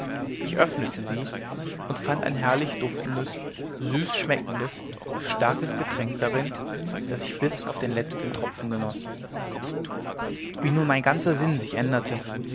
ich öffnete sie und fand ein herrlich duftendes süß schmeckendes starkes getränk darin das ich bis auf den letzten tropfen genoß wie nun mein ganzer sinn sich änderte